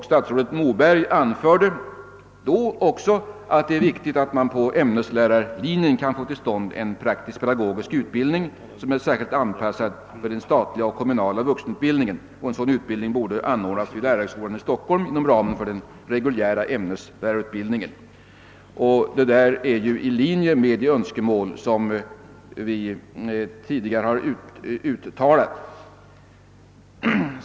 Statsrådet Moberg anförde då också att det är viktigt att man på ämneslärarlinjen kan få till stånd en praktisk-pedagogisk utbildning söm är särskilt anpassad för den statliga och kommunala vuxenutbildningen. En sådan utbildning borde anordnas vid lärarhögskolan i Stockholm inom ramen för den reguljära ämneslärarutbildningen. Detta ligger i linje med de önskemål som vi tidigare har uttalat.